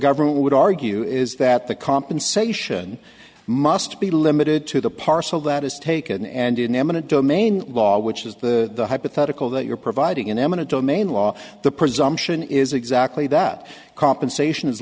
government would argue is that the compensation must be limited to the parcel that is taken and in eminent domain law which is the hypothetical that you're providing an eminent domain law the presumption is exactly that compensation is